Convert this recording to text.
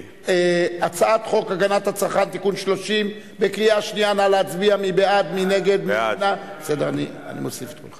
כי "שופרסל" גובה עמלה נמוכה יותר מ"בזק" עבור גביית התשלום,